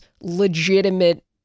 legitimate